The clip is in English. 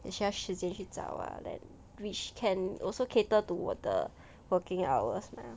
也需要时间去找 ah that which can also cater to 我的 working hours 吗